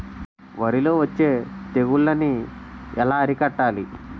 వరిలో వచ్చే తెగులని ఏలా అరికట్టాలి?